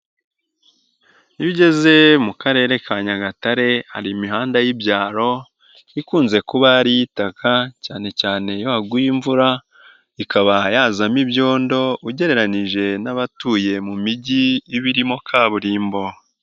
Iyo igeze mu Karere ka Nyagatare hari imihanda y'ibyaro ikunze kuba hariyo itaka cyane cyane iyo haguye imvura, ikaba yazamo ibyondo ugereranije n'abatuye mu migi ibimo kaburimbo.